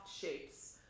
shapes